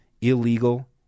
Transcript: illegal